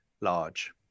large